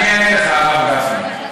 אני אענה לך, הרב גפני.